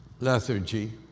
Lethargy